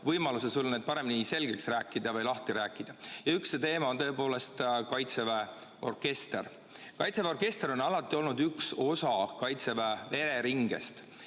võimaluse need asjad paremini selgeks või lahti rääkida. Üks teemasid on tõepoolest Kaitseväe orkester. Kaitseväe orkester on alati olnud üks osa Kaitseväe vereringest.